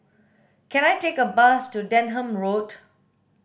can I take a bus to Denham Road